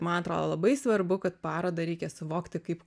man atrodo labai svarbu kad parodą reikia suvokti kaip